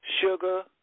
Sugar